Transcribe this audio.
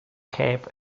cape